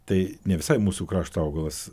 tai ne visai mūsų krašto augalas